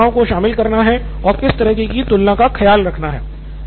किन विशेषताओं को शामिल करना है और किस तरह की तुलना का ख्याल रखना है